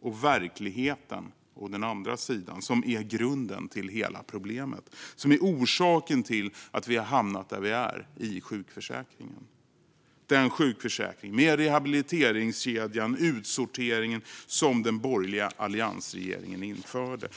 och verkligheten å andra sidan som är grunden till hela problemet, som är orsaken till att vi har hamnat där vi är i sjukförsäkringen - den sjukförsäkring med rehabiliteringskedjan, utsorteringen, som den borgerliga alliansregeringen införde.